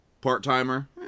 part-timer